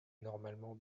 normalement